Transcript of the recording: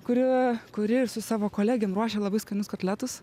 kuri kuri ir su savo kolegėm ruošia labai skanius kotletus